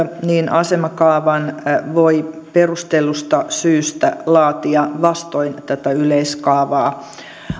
asemakaavan voi perustellusta syystä laatia vastoin tätä yleiskaavaa